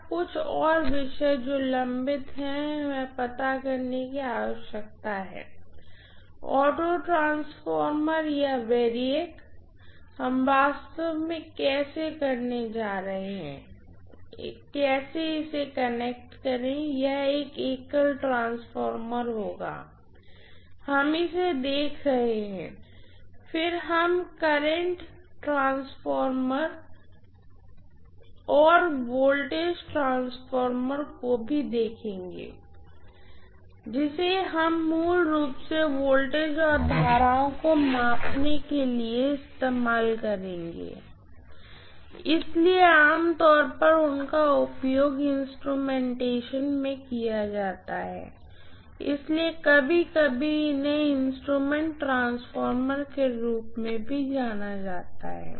अब कुछ और विषय जो लंबित हैं हमें पता करने की आवश्यकता है ऑटोट्रांसफ़ॉर्मर या वैरिएक हम वास्तव में कैसे जा रहे हैं इसे कनेक्ट करें यह एक एकल ट्रांसफार्मर होगा हम इसे देख रहे हैं फिर हम करंट ट्रांसफार्मर और विभव ट्रांसफार्मर को भी देखेंगे जिसे हम मूल रूप से वोल्टेज और करंट को मापने के लिए उपयोग करेंगे इसलिए आमतौर पर उनका उपयोग इंस्ट्रूमेंटेशन में किया जाता है इसलिए कभी कभी उन्हें इंस्ट्रूमेंट ट्रांसफार्मर के रूप में भी जाना जाता है